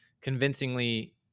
convincingly